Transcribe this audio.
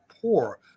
poor